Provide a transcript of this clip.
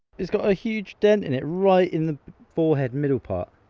it's got a huge dent in it right in the forehead middle part.